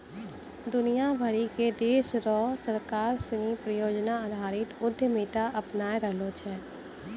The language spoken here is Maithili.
दुनिया भरी के देश र सरकार सिनी परियोजना आधारित उद्यमिता अपनाय रहलो छै